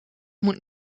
moet